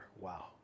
wow